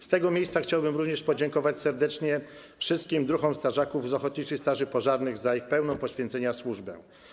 Z tego miejsca chciałbym również podziękować serdecznie wszystkim druhom strażakom z ochotniczych straży pożarnych za ich pełną poświęcenia służbę.